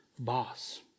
boss